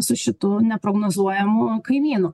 su šitu neprognozuojamu kaimynu